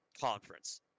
conference